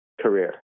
career